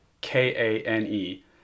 k-a-n-e